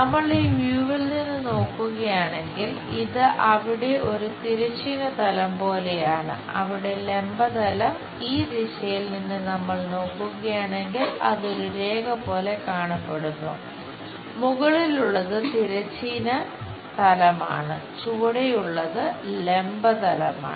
നമ്മൾ ഈ വ്യൂവിൽ നിന്ന് നോക്കുകയാണെങ്കിൽ ഇത് അവിടെ ഒരു തിരശ്ചീന തലം പോലെയാണ് അവിടെ ലംബ തലം ഈ ദിശയിൽ നിന്ന് നമ്മൾ നോക്കുകയാണെങ്കിൽ അത് ഒരു രേഖ പോലെ കാണപ്പെടുന്നു മുകളിലുള്ളത് തിരശ്ചീന തലമാണ് ചുവടെയുള്ളത് ലംബ തലമാണ്